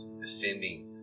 descending